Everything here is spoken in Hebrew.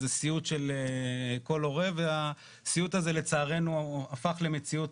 זה סיוט של כל הורה והסיוט הזה לצערנו הפך למציאות